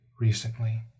recently